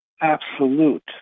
absolute